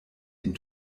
den